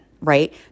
right